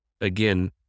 again